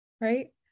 right